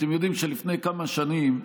אתם יודעים שלפני כמה שנים,